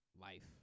life